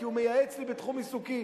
כי הוא מייעץ לי בתחום עיסוקי.